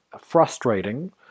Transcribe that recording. frustrating